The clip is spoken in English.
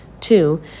Two